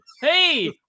Hey